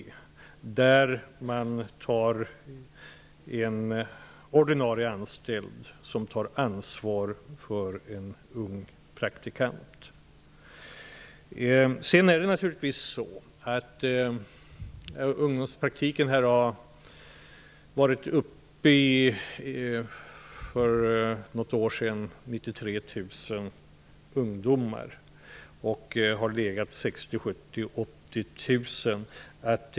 Där tar en ordinarie anställd ansvar för en ung praktikant. Ungdomspraktikplatserna har varit uppe i 93 000 för något år sedan och har sedan legat på 60 000, 70 000, 80 000.